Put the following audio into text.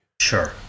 Sure